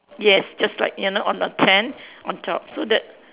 yes just like you know on the tent on top so the